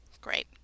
Great